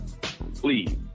Please